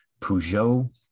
Peugeot